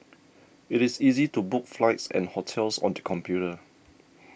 it is easy to book flights and hotels on the computer